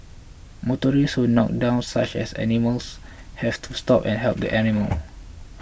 motorists who knocked down such as animals have to stop and help the animal